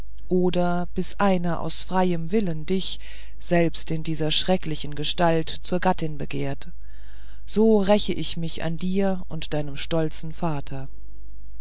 oder bis einer aus freiem willen dich selbst in dieser schrecklichen gestalt zur gattin begehrt so räche ich mich an dir und deinem stolzen vater